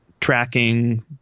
tracking